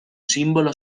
símbolo